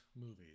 movies